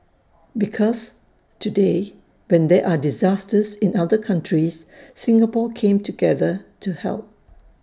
because today when there are disasters in other countries Singapore came together to help